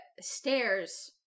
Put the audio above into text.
stairs